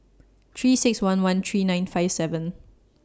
three six one one three nine five seven